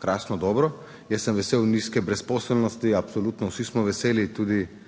krasno dobro. Jaz sem vesel nizke brezposelnosti, absolutno vsi smo veseli, tudi